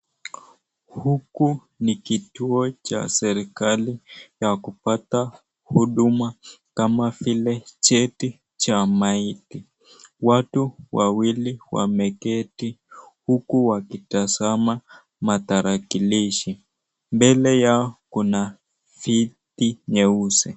Huku ni kituo cha serikali ya kupata huduma kama vile cheti cha maiti. Watu wawili wameketi huku wakitazama matarakilishi. Mbele yao kuna viti nyeusi.